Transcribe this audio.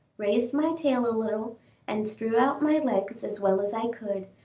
raised my tail a little and threw out my legs as well as i could,